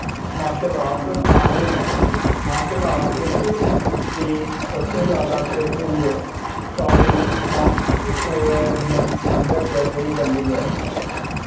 martial arts आखदे ऐं martial arts दी सब से जादा ट्रेनिंग शालिंग मोंक मन्दर च देई जंदी ऐ